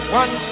one